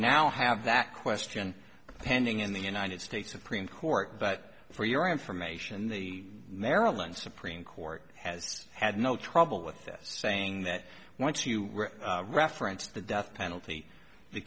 now have that question pending in the united states supreme court but for your information the maryland supreme court has had no trouble with this saying that once you reference the death penalty the